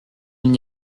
n’y